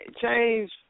change